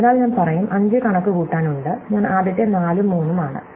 അതിനാൽ ഞാൻ പറയും 5 കണക്കുകൂട്ടാൻ ഉണ്ട് ഞാൻ ആദ്യത്തെ 4 ഉം 3 ഉം ആണ്